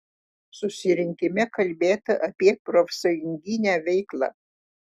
susirinkime kalbėta apie profsąjunginę veiklą